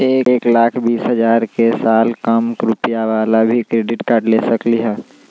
एक लाख बीस हजार के साल कम रुपयावाला भी क्रेडिट कार्ड ले सकली ह?